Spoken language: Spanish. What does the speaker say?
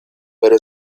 pero